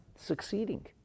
Succeeding